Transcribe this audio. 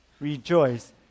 rejoice